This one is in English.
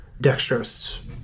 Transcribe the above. dextrose